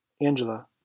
Angela